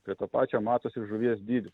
prie to pačio matosi žuvies dydis